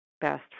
best